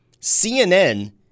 CNN